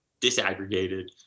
disaggregated